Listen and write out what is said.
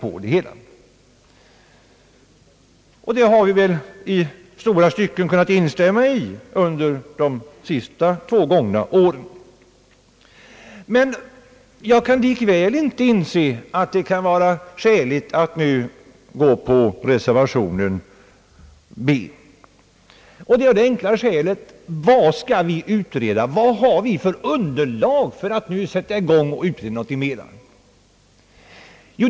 I den uppfattningen har vi väl i stora stycken kunnat instämma under de senaste två åren. Jag kan likväl inte inse att det kan vara skäl att nu följa reservation b — av det enkla skälet att jag måste ställa frågan: Vad skall vi utreda? Vad har vi för underlag att nu sätta i gång och utreda något mer på?